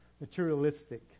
materialistic